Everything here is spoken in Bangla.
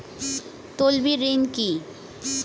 তলবি ঋন কি?